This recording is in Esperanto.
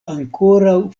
ankoraŭ